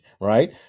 right